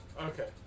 Okay